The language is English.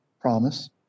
Promise